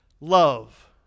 Love